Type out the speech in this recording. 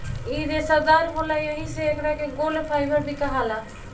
इ रेसादार होला एही से एकरा के गोल्ड फाइबर भी कहाला